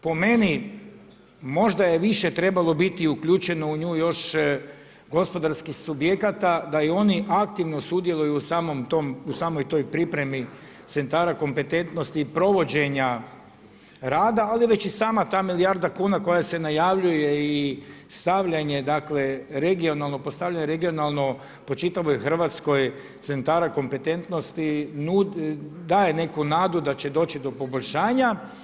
Po meni, možda je više trebalo biti uključeno u nju još gospodarskih subjekata, da i oni aktivno sudjeluju u samoj toj pripremi centara kompetentnosti provođenja rada, ali već i sama ta milijarda kuna koja se najavljuje i stavljanje regionalno po čitavoj Hrvatskoj centara kompetentnosti daje neku nadu da će doći do poboljšanja.